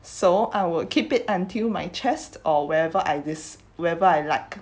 so I will keep it until my chest or wherever I this wherever I like